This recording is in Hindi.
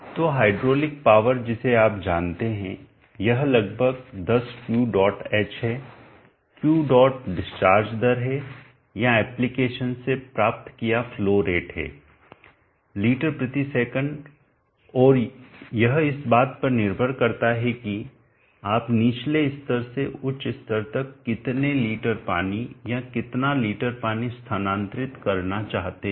तो हाइड्रोलिक पावर जिसे आप जानते हैं यह लगभग 10 क्यू डॉट एच हैं क्यू डॉट डिस्चार्ज दर है या एप्लिकेशन से प्राप्त किया फ्लो रेट है लीटर प्रति सेकंड और यह इस बात पर निर्भर करता है कि आप निचले स्तर से उच्च स्तर तक कितने लीटर पानी या कितना लीटर पानी स्थानांतरित करना चाहते हैं